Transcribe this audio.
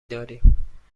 داریم